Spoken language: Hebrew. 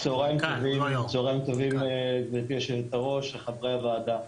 צוהריים טובים גבירתי יושבת-הראש וחברי הוועדה.